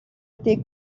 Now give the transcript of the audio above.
été